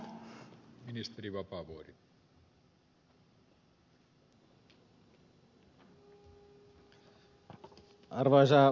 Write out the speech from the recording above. arvoisa puhemies